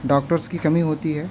doctors کی کمی ہوتی ہے